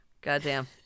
Goddamn